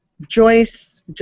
Joyce